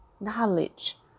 knowledge